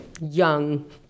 young